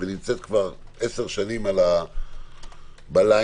ונמצאת עשר שנים בליין,